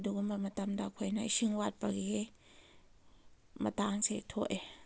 ꯑꯗꯨꯒꯨꯝꯕ ꯃꯇꯝꯗ ꯑꯩꯈꯣꯏꯅ ꯏꯁꯤꯡ ꯋꯥꯠꯄꯒꯤ ꯃꯇꯥꯡꯁꯤ ꯊꯣꯛꯏ